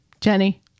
Jenny